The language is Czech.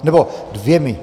Nebo dvěma.